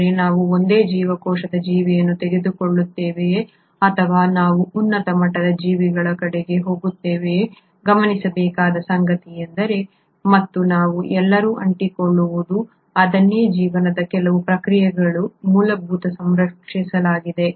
ಆದರೆ ನಾವು ಒಂದೇ ಜೀವಕೋಶದ ಜೀವಿಯನ್ನು ತೆಗೆದುಕೊಳ್ಳುತ್ತೇವೆಯೇ ಅಥವಾ ನಾವು ಉನ್ನತ ಮಟ್ಟದ ಜೀವಿಗಳ ಕಡೆಗೆ ಹೋಗುತ್ತೇವೆಯೇ ಗಮನಿಸಬೇಕಾದ ಸಂಗತಿಯೆಂದರೆ ಮತ್ತು ನಾವು ಎಲ್ಲರೂ ಅಂಟಿಕೊಳ್ಳುವುದು ಇದನ್ನೇ ಜೀವನದ ಕೆಲವು ಪ್ರಕ್ರಿಯೆಗಳು ಮೂಲಭೂತವಾಗಿ ಸಂರಕ್ಷಿಸಲಾಗಿದೆ